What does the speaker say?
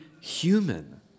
human